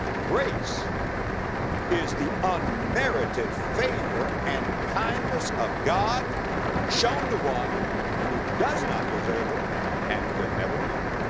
grace is the unmerited favor and kindness of god shown to one who does not deserve it and can never earn it.